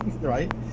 Right